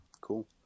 cool